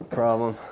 problem